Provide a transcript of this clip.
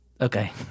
Okay